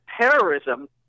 terrorism